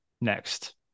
next